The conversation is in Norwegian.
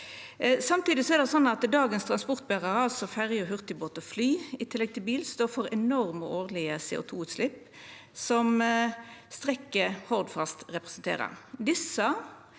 Samtidig er det slik at dagens transportberarar, altså ferje, hurtigbåt og fly, i tillegg til bil, står for enorme årlege CO2-utslepp, som strekket Hordfast representerer.